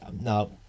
No